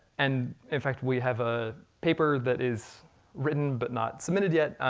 and in fact we have a paper that is written but not submitted yet,